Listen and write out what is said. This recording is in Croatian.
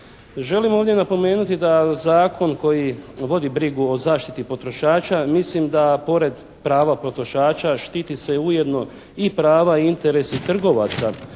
Želim ovdje napomenuti da zakon koji vodi brigu o zaštiti potrošača mislim da pored prava potrošača štiti se ujedno i prava i interesi trgovaca